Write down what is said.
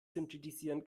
synthetisieren